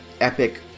epic